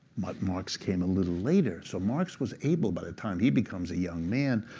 but marx came a little later. so marx was able, by the time he becomes a young man,